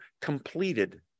completed